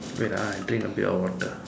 wait ah I drink a bit of water